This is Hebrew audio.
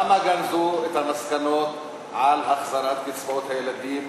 למה גנזו את המסקנות על החזרת קצבאות הילדים